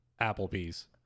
Applebee's